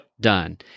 done